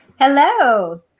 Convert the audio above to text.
Hello